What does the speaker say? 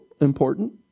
important